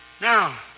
Now